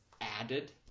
added